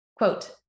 quote